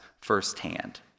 firsthand